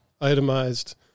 itemized